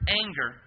anger